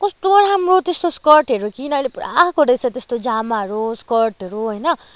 कस्तो राम्रो त्यस्तो स्कर्टहरू किन अहिले पुरा आएको रहेछ त्यस्तो जामाहरू स्कर्टहरू होइन